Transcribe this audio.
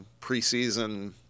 preseason